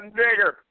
nigger